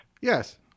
Yes